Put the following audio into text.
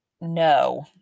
No